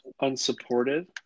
unsupported